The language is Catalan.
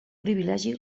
privilegi